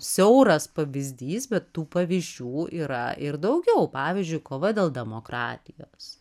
siauras pavyzdys bet tų pavyzdžių yra ir daugiau pavyzdžiui kova dėl demokratijos